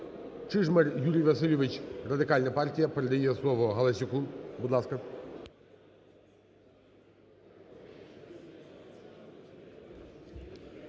Чижмарь Юрій Васильович, Радикальна партія передає слово Галасюку. Будь ласка.